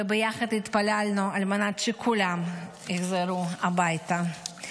וביחד התפללנו על מנת שכולם יחזרו הביתה.